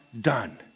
done